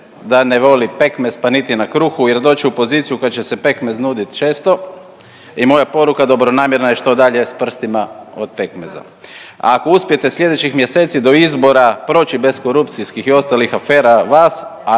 da ne voli pekmez pa niti na kruhu jer doće u poziciju u kojoj će se pekmez nudit često i moja poruka dobronamjerna je što dalje s prstima od pekmeza. A ako uspijete sljedećih mjeseci do izbora proći bez korupcijskih i ostalih afera vas,